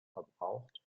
verbraucht